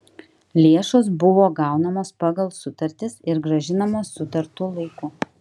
lėšos buvo gaunamos pagal sutartis ir grąžinamos sutartu laiku